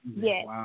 Yes